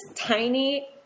tiny